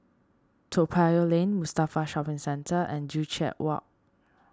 Toa Payoh Lane Mustafa Shopping Centre and Joo Chiat Walk